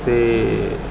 ਅਤੇ